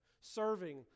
Serving